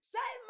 Say